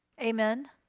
Amen